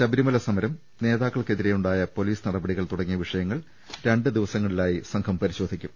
ശബരിമല സമരം നേതാക്കൾക്കെതിരെയുണ്ടായ പൊലീസ് നടപടികൾ തുടങ്ങിയ വിഷയങ്ങൾ രണ്ട് ദിവസങ്ങളിലായി സംഘം പരിശോധിക്കും